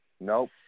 Nope